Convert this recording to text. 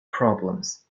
problems